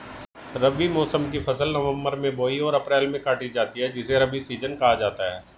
रबी मौसम की फसल नवंबर में बोई और अप्रैल में काटी जाती है जिसे रबी सीजन कहा जाता है